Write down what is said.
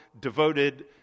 devoted